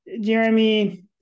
Jeremy